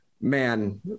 man